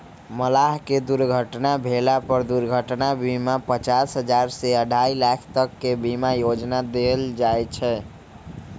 मलाह के दुर्घटना भेला पर दुर्घटना बीमा पचास हजार से अढ़ाई लाख तक के बीमा योजना देल जाय छै